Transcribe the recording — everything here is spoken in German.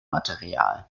material